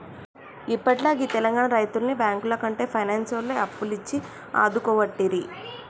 గిప్పట్ల గీ తెలంగాణ రైతుల్ని బాంకులకంటే పైనాన్సోల్లే అప్పులిచ్చి ఆదుకోవట్టిరి